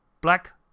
Black